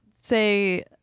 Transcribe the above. say